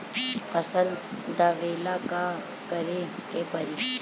फसल दावेला का करे के परी?